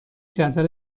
جدول